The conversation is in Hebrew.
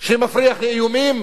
שמפריח איומים